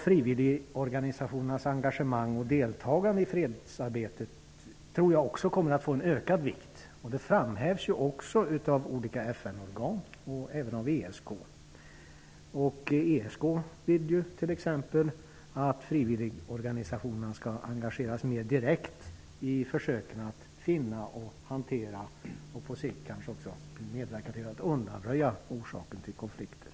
Frivilligorganisationernas engagemang och deltagande i fredsarbetet kommer att få ökad vikt. Det framhävs också av olika FN-organ och ESK. ESK vill t.ex. att frivilligorganisationerna skall engageras mer direkt i försöken att finna, hantera och på sikt medverka till att undanröja orsaker till konflikter.